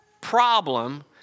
problem